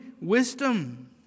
wisdom